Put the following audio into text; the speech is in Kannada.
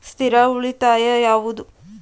ಸ್ಥಿರ ಉಳಿತಾಯ ಯಾವುದು?